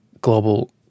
global